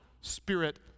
spirit